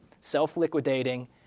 self-liquidating